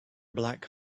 black